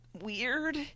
weird